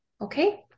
Okay